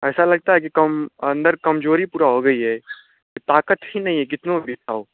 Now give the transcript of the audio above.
ऐसा लगता है कि कम अंदर कमज़ोरी पूरी हो गई है ताक़त ही नहीं है कितना भी खाओ